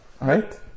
Right